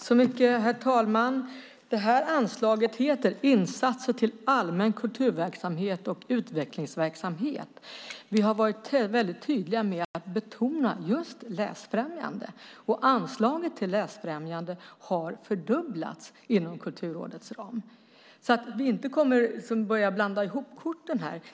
Herr talman! Det här anslaget heter Insatser till allmän kulturverksamhet och utvecklingsverksamhet. Vi har varit väldigt tydliga med att betona just läsfrämjande. Och anslaget till läsfrämjande har fördubblats inom Kulturrådets ram. Vi får inte börja blanda ihop korten här.